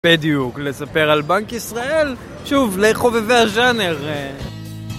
בדיוק, לספר על בנק ישראל, שוב, לחובבי הז'אנר.